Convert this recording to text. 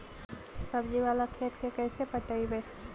सब्जी बाला खेत के कैसे पटइबै?